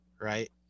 right